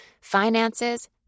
finances